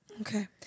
Okay